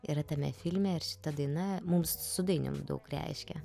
yra tame filme ir šita daina mums su dainium daug reiškia